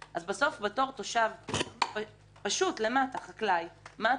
בסוף בתור תושב פשוט, חקלאי, מה אתה אמור לעשות?